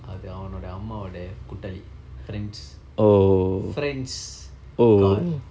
அது அவனுடைய அம்மாவுடைய கூட்டாளி:athu avanudaya ammavudaya kuuttaali friend's friend's car